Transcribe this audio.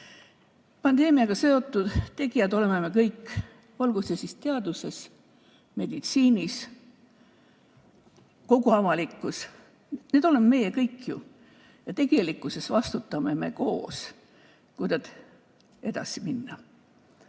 Pandeemiaga seotud tegijad oleme me kõik, olgu siis teaduses, meditsiinis, avalikkuses. Need oleme meie kõik. Tegelikkuses me vastutame koos, kuidas edasi minna.